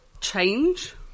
change